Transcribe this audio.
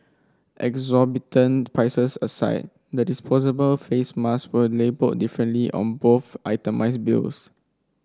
exorbitant prices aside the disposable face mask were labelled differently on both itemised bills